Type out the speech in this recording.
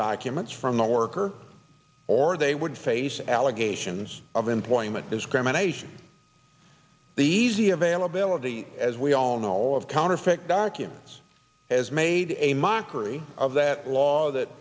documents from the worker or they would face allegations of employment discrimination the easy availability as we all know all of counterfeit documents has made a mockery of that law that